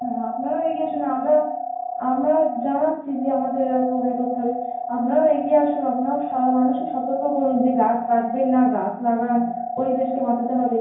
হ্যাঁ আপনারাও এগিয়ে আসুন আমরা আমরা জানাচ্ছি যে আমাদের এরকম এই করতে হবে আপনারাও এগিয়ে আসুন আপনারাও সা মানুষকে সতর্ক করুন যে গাছ কাটবেন না গাছ লাগান পরিবেশকে বাঁচাতে হবে